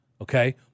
Okay